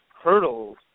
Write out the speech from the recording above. hurdles